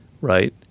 Right